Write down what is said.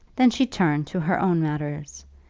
then she turned to her own matters,